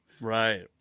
Right